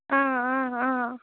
অঁ অঁ অঁ অঁ